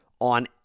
on